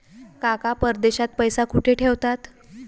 काका परदेशात पैसा कुठे ठेवतात?